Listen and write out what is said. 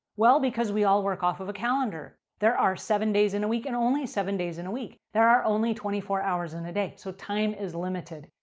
well, because we all work off of a calendar. there are seven days in a week and only seven days in a week. there are only twenty four hours in a day. so, time is limited.